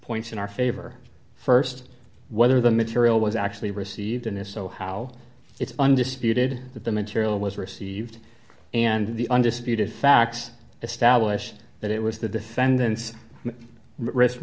points in our favor st whether the material was actually received in this so how it's undisputed that the material was received and the undisputed facts established that it was the defendant's risk